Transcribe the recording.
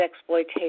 exploitation